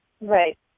Right